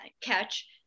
catch